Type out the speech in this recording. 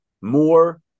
more